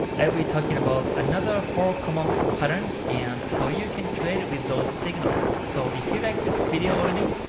i will be talking about another four common patterns and how you can trade with those signals. so if you like this video already,